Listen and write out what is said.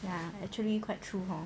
ya actually quite true hor